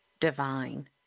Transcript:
divine